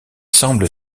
semble